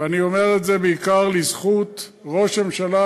ואני אומר את זה בעיקר לזכות ראש הממשלה,